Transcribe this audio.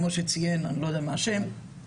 כמו שציין יובל,